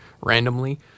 randomly